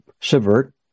subvert